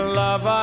love